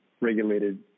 regulated